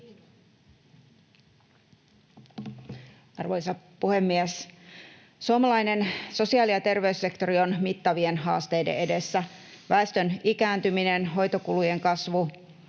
Arvoisa puhemies! Suomalainen sosiaali- ja terveyssektori on mittavien haasteiden edessä. Väestön ikääntyminen, hoitokulujen kasvu